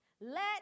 Let